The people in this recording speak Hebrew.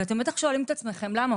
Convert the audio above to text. אתם בטח שואלים את עצמכם: למה?